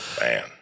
man